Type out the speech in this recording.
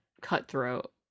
cutthroat